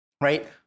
right